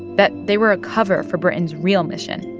that they were a cover for britain's real mission,